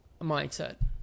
mindset